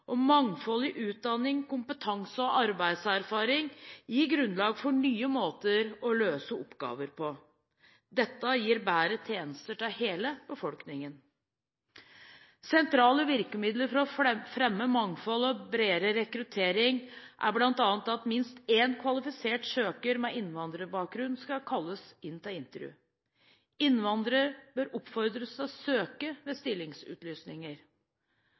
og mangfold i utdanning, kompetanse og arbeidserfaring gir grunnlag for nye måter å løse oppgaver på. Dette gir bedre tjenester til hele befolkningen. Sentrale virkemidler for å fremme mangfold og bredere rekruttering er bl.a. at minst én kvalifisert søker med innvandrerbakgrunn skal kalles inn til intervju, og at innvandrere bør oppfordres til å søke ved stillingsutlysninger.